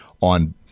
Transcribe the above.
on